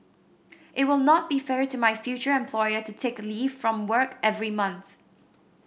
it will not be fair to my future employer to take leave from work every month